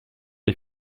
les